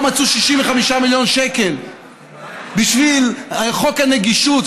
לא מצאו 65 מיליון שקל בשביל חוק הנגישות,